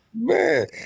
man